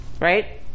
Right